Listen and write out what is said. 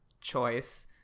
choice